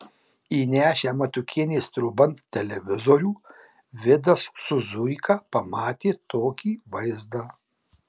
įnešę matiukienės trobon televizorių vidas su zuika pamatė tokį vaizdą